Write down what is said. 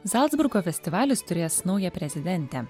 zalcburgo festivalis turės naują prezidentę